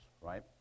right